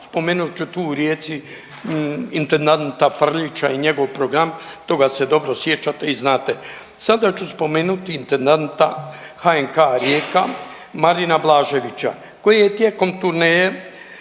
Spomenut ću tu u Rijeci intendanta Frljića i njegov program, toga se dobro sjećate i znate. Sada ću spomenuti intendanta HNK-a Rijeka Marina Blaževića koji je tijekom turneje